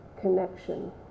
connection